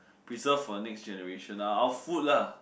preserve for the next generation ou~ our food lah